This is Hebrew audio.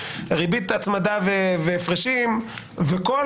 ריבית הצמדה והפרשים וכל